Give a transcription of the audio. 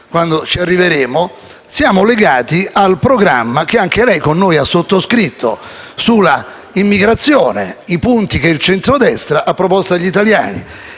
quando ci arriveremo), siamo legati al programma che anche lei con noi ha sottoscritto sull'immigrazione: i punti che il centrodestra ha proposto agli italiani.